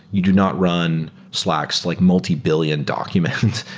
you do not run slacks like multibillion document,